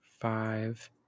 five